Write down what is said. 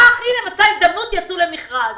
הנה, מצא הזדמנות, יצא למכרז.